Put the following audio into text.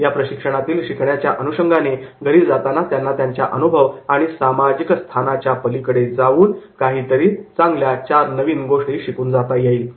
या प्रशिक्षणातील शिकण्याच्या अनुषंगाने घरी जाताना त्यांना त्यांच्या अनुभव आणि सामाजिक स्थानाच्या पलीकडे जाऊन काही चांगल्या चार नवीन गोष्टी शिकून जाता येईल